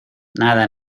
nada